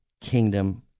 kingdom